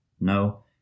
No